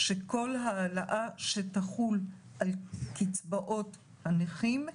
שכל העלאה שתחול על קצבאות הנכים,